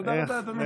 תודה רבה, אדוני.